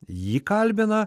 jį kalbina